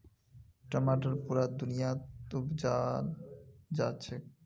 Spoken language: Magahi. टमाटर पुरा दुनियात उपजाल जाछेक